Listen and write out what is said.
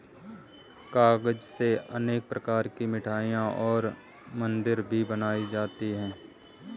काजू से अनेक प्रकार की मिठाईयाँ और मदिरा भी बनाई जाती है